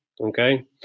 Okay